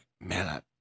man